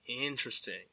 Interesting